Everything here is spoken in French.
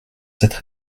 cette